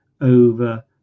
over